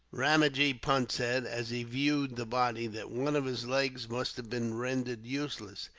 ramajee punt said, as he viewed the body, that one of his legs must have been rendered useless.